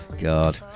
God